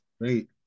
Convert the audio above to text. Great